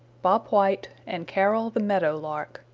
bob white and carol the meadow lark.